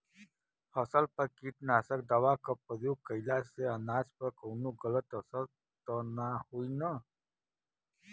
फसल पर कीटनाशक दवा क प्रयोग कइला से अनाज पर कवनो गलत असर त ना होई न?